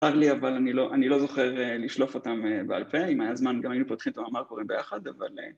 צר לי, אבל אני לא זוכר ‫לשלוף אותם בעל פה. ‫אם היה זמן, גם היינו פותחים ‫את המאמר כבר ביחד, אבל...